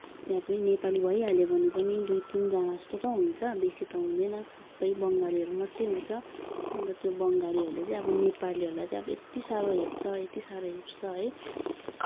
त्यहाँ पनि नेपाली भइहाल्यो भने पनि दुई तिनजना जस्तो त हुन्छ बेसी त हुँदैन सबै बङ्गालीहरू मात्रै हुन्छ अन्त त्यो बङ्गालीहरूले चाहिँ अब नेपालीहरूलाई चाहिँ यति साह्रो हेप्छ यति साह्रो हेप्छ है